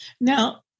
Now